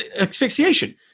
asphyxiation